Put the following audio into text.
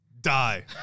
die